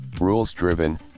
rules-driven